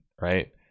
right